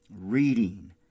Reading